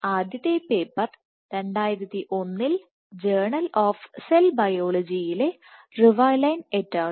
ആദ്യ paper journal of cell ബയോളജിയിലെ Rivelineet al